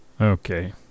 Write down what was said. okay